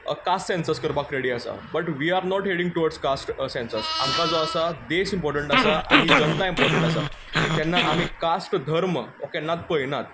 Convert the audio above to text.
caste census करपाक ready आसा but we are not heading towards caste census आमकां जो आसा देश इंपोर्टंट आसा आनी जनता इंपोर्टंट आसा तेन्ना आमी कास्ट धर्म हो केन्नाच पयनात